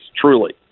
truly